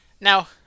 Now